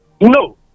No